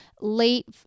late